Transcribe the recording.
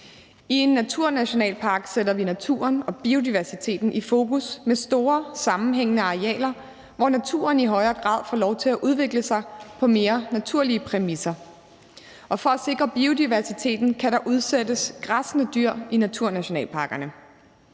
I en naturnationalpark sætter vi naturen og biodiversiteten i fokus med store sammenhængende arealer, hvor naturen i højere grad får lov til at udvikle sig på mere naturlige præmisser. Og for at sikre biodiversiteten kan der udsættes græssende dyr i naturnationalparkerne.